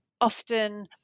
Often